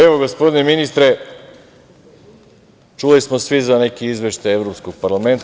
Evo gospodine ministre, čuli smo svi za neki izveštaj Evropskog parlamenta.